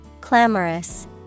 clamorous